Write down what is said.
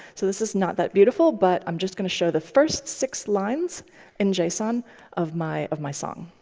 so this is not that beautiful, but i'm just going to show the first six lines in json of my of my song.